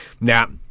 Now